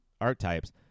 archetypes